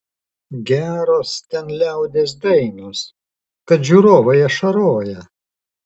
geros ten liaudies dainos kad žiūrovai ašaroja